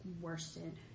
worsted